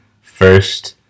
first